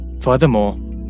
Furthermore